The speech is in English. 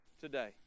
today